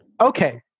Okay